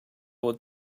would